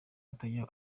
utajya